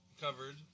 covered